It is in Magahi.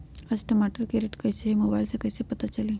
आज टमाटर के रेट कईसे हैं मोबाईल से कईसे पता चली?